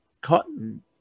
Cotton